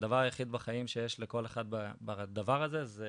הדבר היחיד בחיים שיש לכל אחד בדבר הזה,